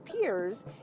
peers